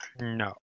No